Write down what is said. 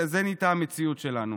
זאת נהייתה המציאות שלנו.